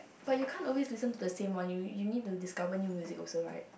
but you can't always listen to the same one you you need to discover new music also right